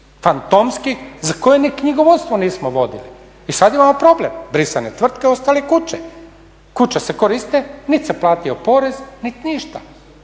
fantomski za koje ni knjigovodstvo nismo vodili i sada imamo problem. brisanje tvrtke ostali kuće, kuće se koriste niti se platio porez niti ništa.